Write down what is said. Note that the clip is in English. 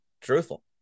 Truthful